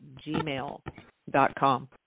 gmail.com